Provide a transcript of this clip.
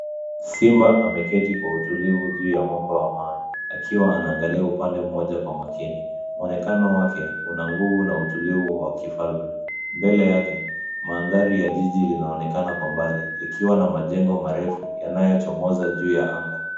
Simba ameketi kwa utulivu juu ya mwamba wa mawe akiwa anaangalia upande mmoja kwa makini. Muonekano wake una nguvu na utulivu wa kifalme. Mbele yake, mandhari ya jiji linaonekana kwa mbali likiwa na majengo marefu yanayochomoza juu ya anga.